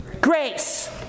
grace